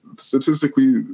statistically